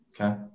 Okay